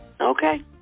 Okay